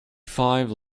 five